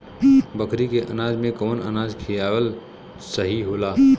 बकरी के अनाज में कवन अनाज खियावल सही होला?